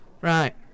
Right